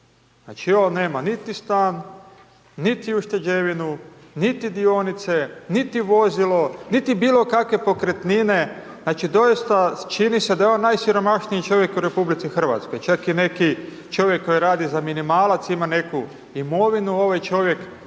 Znači on nema niti stan, niti ušteđevinu, niti dionice, niti vozilo, niti bilo kakve pokretnine, znači doista čini se da je on najsiromašniji čovjek u RH. Čak i neki čovjek koji radi za minimalac ima neku imovinu, ovaj čovjek